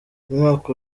umwaka